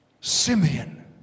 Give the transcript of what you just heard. Simeon